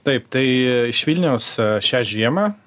taip tai iš vilniaus šią žiemą